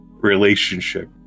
relationship